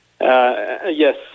yes